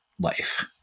life